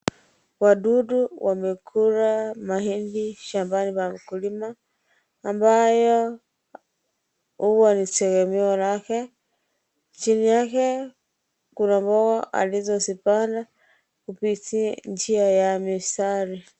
Wadudu wamekula mahindi shambani mwa mkulima ambayo huwa ni tegemeo lake. Chini yake kuna mboga alizozipanda kupitia njia ya mistari.